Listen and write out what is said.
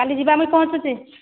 କାଲି ଯିବା ଆମେ ପହଞ୍ଚୁଛେ